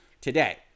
today